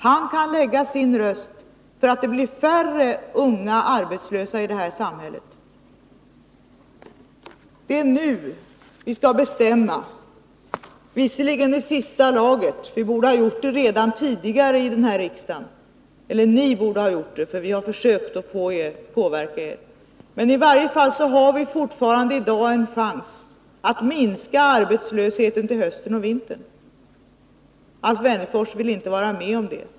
Han kan lägga sin röst, så att det blir färre unga arbetslösa i det här samhället. Det är nu vi skall avgöra frågan. Visserligen är det i sista laget, vi borde ju ha fattat beslut redan tidigare här i riksdagen, eller rättare sagt ni borde ha gjort det. Vi har försökt påverka er. I varje fall har vi i dag en chans att minska arbetslösheten till hösten och vintern. Alf Wennerfors vill inte vara med om det.